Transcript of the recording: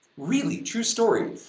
really. true story.